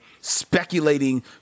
speculating